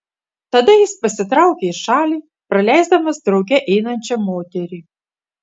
tada jis pasitraukia į šalį praleisdamas drauge einančią moterį